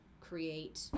create